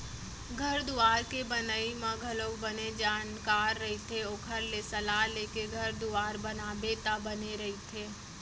घर दुवार के बनई म घलोक बने जानकार रहिथे ओखर ले सलाह लेके घर दुवार बनाबे त बने रहिथे